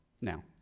now